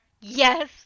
Yes